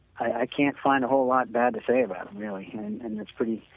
i can't find a whole lot bad to say about really and it is pretty,